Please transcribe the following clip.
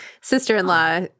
sister-in-law